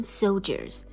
soldiers